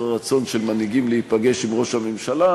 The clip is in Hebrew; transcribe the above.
הרצון של מנהיגים להיפגש עם ראש הממשלה.